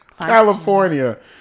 california